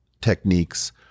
techniques